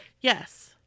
Yes